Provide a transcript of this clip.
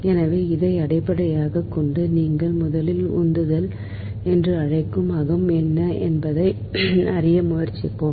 எனவே இதை அடிப்படையாகக் கொண்டு நீங்கள் முதலில் உந்துதல் என்று அழைக்கும் அகம் என்ன என்பதை அறிய முயற்சிப்போம்